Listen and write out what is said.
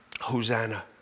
Hosanna